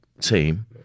team